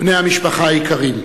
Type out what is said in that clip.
בני המשפחה היקרים,